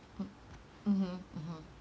mm mmhmm mmhmm